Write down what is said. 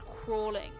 crawling